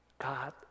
God